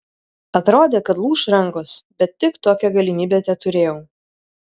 atrodė kad lūš rankos bet tik tokią galimybę teturėjau